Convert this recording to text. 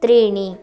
त्रीणि